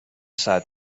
ساعت